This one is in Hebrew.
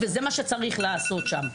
וזה מה שצריך לעשות שם.